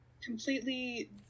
completely